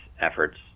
efforts